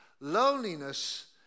loneliness